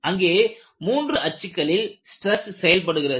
அங்கே 3 அச்சுகளில் ஸ்ட்ரெஸ் செயல்படுகிறது